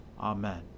Amen